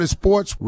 sports